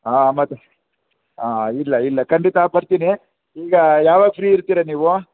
ಹಾಂ ಮತ್ತೆ ಹಾಂ ಇಲ್ಲ ಇಲ್ಲ ಖಂಡಿತ ಬರ್ತೀನಿ ಈಗ ಯಾವಾಗ ಫ್ರೀ ಇರ್ತೀರ ನೀವು